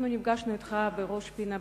נפגשנו אתך בראש-פינה,